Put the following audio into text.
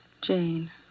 Jane